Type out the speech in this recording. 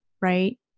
right